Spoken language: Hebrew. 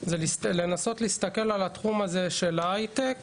זה לנסות להסתכל על התחום הזה של ההייטק